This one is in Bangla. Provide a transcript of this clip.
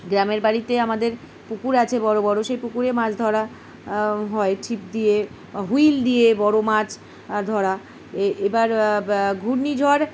গ্রামের বাড়িতে আমাদের পুকুর আছে বড়ো বড়ো সেই পুকুরে মাছ ধরা হয় ছিপ দিয়ে হুইল দিয়ে বড়ো মাছ ধরা এ এবার ঘূর্ণি ঝড়